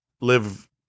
live